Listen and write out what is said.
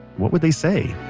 what would they say?